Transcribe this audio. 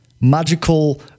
magical